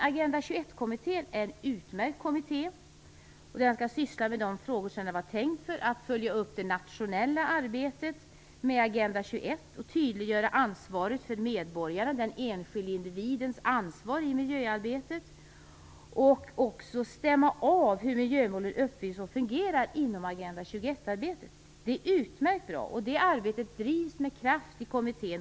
Agenda 21-kommittén är en utmärkt kommitté, och den skall syssla med de frågor som den var tänkt för: att följa upp det nationella arbetet med Agenda 21, att tydliggöra den enskilde individens ansvar i miljöarbetet för medborgaren och att stämma av hur miljömålen uppfylls och fungerar inom Agenda 21-arbetet. Det är utmärkt bra och det arbetet drivs med kraft i kommittén.